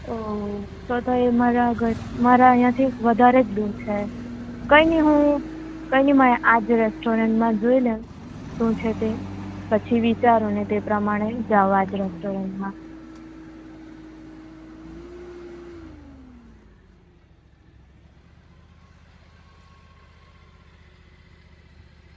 ઓહ તો તો એ મારા ઘર મારા અહીંયાથી વધારે જ દૂર છે કંઈ નહીં હું કંઈ નહીં આજ રેસ્ટોરન્ટમાં જોઈને શું છે તે પછી વિચારું ને તે પ્રમાણે જાઉં આજ રેસ્ટોરન્ટમાં